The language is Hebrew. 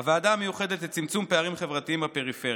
הוועדה המיוחדת לצמצום פערים חברתיים בפריפריה.